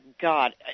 God